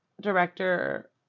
director